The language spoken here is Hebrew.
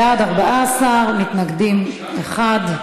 בעד, 14, מתנגד אחד.